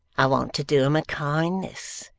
i want to do em a kindness,